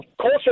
culture